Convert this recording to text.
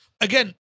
again